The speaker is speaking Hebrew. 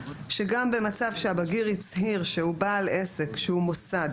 שגם במצב שהבגיר הצהיר שהוא בעל עסק שהוא מוסד,